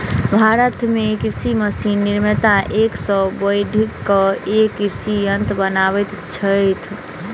भारत मे कृषि मशीन निर्माता एक सॅ बढ़ि क एक कृषि यंत्र बनबैत छथि